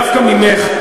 דווקא ממך.